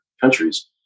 countries